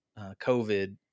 COVID